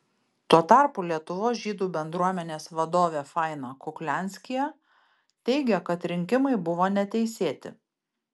tuo tarpu lietuvos žydų bendruomenės vadovė faina kuklianskyje teigia kad rinkimai buvo neteisėti